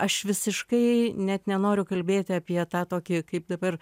aš visiškai net nenoriu kalbėti apie tą tokį kaip dabar